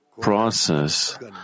process